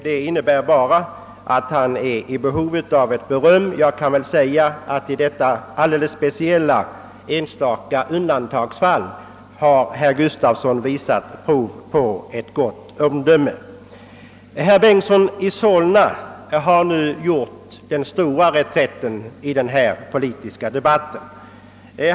Det måste väl tolkas så att han vill ha beröm för det. Jag kan väl medge att herr Gustafsson i detta alldeles speciella undantagsfall har visat prov på gott omdöme. Herr Bengtson i Solna har nu gjort den stora reträtten i denna politiska debatt.